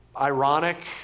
ironic